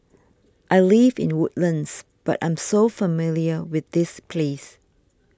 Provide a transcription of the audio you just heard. I live in Woodlands but I'm so familiar with this place